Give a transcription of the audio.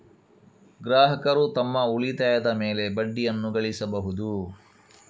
ಗ್ರಾಹಕರು ತಮ್ಮ ಉಳಿತಾಯದ ಮೇಲೆ ಬಡ್ಡಿಯನ್ನು ಗಳಿಸಬಹುದು